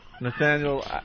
Nathaniel